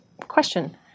question